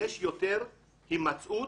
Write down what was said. יש יותר הימצאות